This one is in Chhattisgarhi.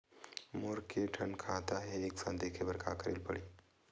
मोर के थन खाता हे एक साथ देखे बार का करेला पढ़ही?